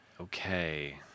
Okay